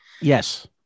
Yes